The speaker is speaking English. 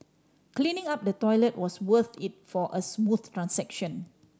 cleaning up the toilet was worth it for a smooth transaction